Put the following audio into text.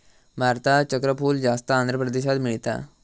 भारतात चक्रफूल जास्त आंध्र प्रदेशात मिळता